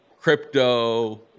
crypto